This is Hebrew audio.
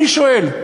אני שואל.